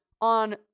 on